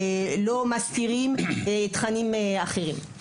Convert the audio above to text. חייב לבדוק היטב אם לא מסתירים ומלמדים תכנים אחרים.